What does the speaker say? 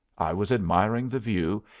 i was admiring the view,